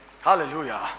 Hallelujah